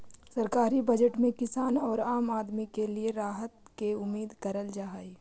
सरकारी बजट में किसान औउर आम आदमी के लिए राहत के उम्मीद करल जा हई